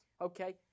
Okay